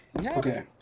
Okay